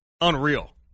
Unreal